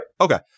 Okay